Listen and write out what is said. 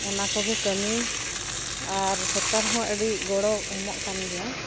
ᱚᱱᱟ ᱠᱚᱜᱮ ᱠᱟᱹᱢᱤ ᱟᱨ ᱥᱚᱨᱠᱟᱨ ᱦᱚᱸ ᱟᱹᱰᱤ ᱜᱚᱲᱚ ᱮᱢᱚᱜ ᱠᱟᱱ ᱜᱮᱭᱟᱭ